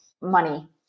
money